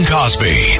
Cosby